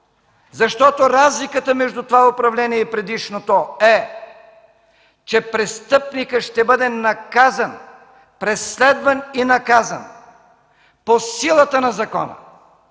защото разликата между това управление и предишното е, че престъпникът ще бъде наказан, преследван и наказан по силата на закона,